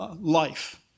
life